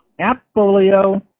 Appfolio